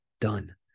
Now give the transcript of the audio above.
done